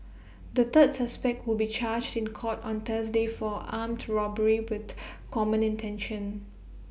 the third suspect will be charged in court on Thursday for armed robbery with common intention